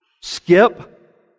Skip